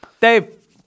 Dave